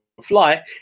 fly